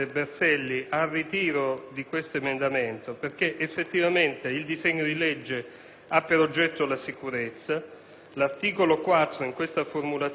ha per oggetto la sicurezza e l'articolo 4 nell'attuale formulazione punta ad evitare gli aggiramenti delle norme sulla cittadinanza e gli abusi